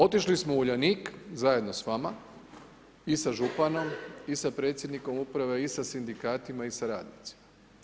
Otišli smo u Uljanik zajedno s vama i sa županom i sa predsjednikom uprave i sa sindikatima i sa radnicima.